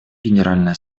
генеральной